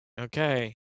okay